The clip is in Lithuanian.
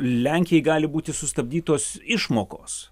lenkijai gali būti sustabdytos išmokos